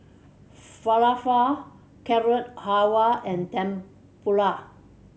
Falafel Carrot Halwa and Tempura